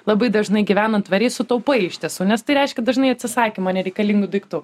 labai dažnai gyvenant tvariai sutaupai iš tiesų nes tai reiškia dažnai atsisakymą nereikalingų daiktų